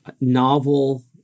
novel